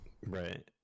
Right